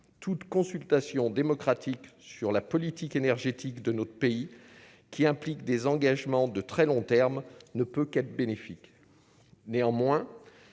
toute consultation démocratique sur la politique énergétique de notre pays qui implique des engagements de très long terme ne peut qu'être bénéfique, néanmoins,